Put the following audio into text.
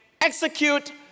execute